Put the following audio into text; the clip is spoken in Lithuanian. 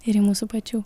ir į mūsų pačių